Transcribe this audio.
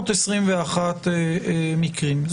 ו-821 מקרים עבריין לא נודע.